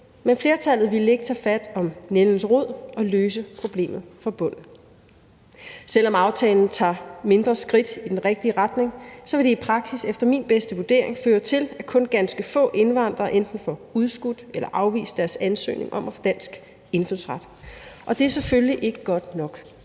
Men flertallet ville ikke tage fat om nældens rod og løse problemerne fra bunden. Selv om aftalen tager mindre skridt i den rigtige retning, vil det efter min bedste vurdering i praksis føre til, at ganske få indvandrere enten får udskudt eller afvist deres ansøgning om at få dansk indfødsret, og det er selvfølgelig ikke godt nok.